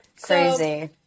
Crazy